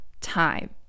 time